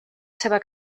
seva